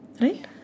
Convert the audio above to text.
Right